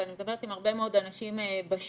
ואני מדברת עם הרבה מאוד אנשים בשטח,